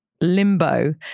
Limbo